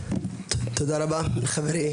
תודה רבה לחברי,